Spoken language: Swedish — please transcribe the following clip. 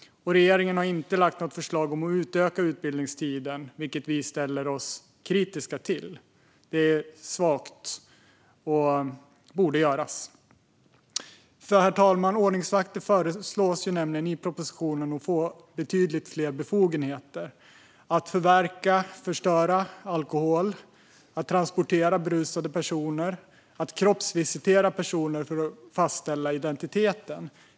Regeringen har inte lagt fram något förslag om att utöka utbildningstiden, vilket vi ställer oss kritiska till och tycker är svagt. Det borde göras. Ordningsvakter föreslås i propositionen nämligen få betydligt fler befogenheter: att förverka och förstöra alkohol, att transportera berusade personer och att kroppsvisitera personer för att fastställa identiteten.